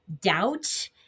doubt